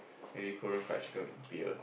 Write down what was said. maybe Korean fried chicken with beer